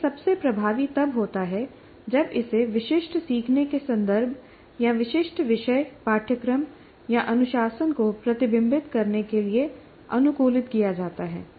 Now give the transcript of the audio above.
यह सबसे प्रभावी तब होता है जब इसे विशिष्ट सीखने के संदर्भ या विशिष्ट विषय पाठ्यक्रम या अनुशासन को प्रतिबिंबित करने के लिए अनुकूलित किया जाता है